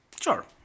Sure